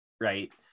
right